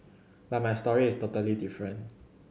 but my story is totally different